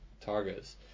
targets